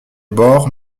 bords